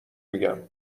میگم